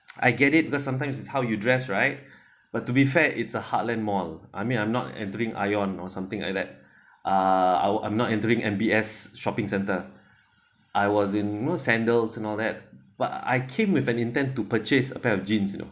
I get it because sometimes is how you dress right but to be fair it's a heartland mall I mean I'm not entering ion or something like that uh I'll I'm not entering M_B_S shopping centre I was in you know sandals and all that but I came with an intend to purchase a pair of jeans you know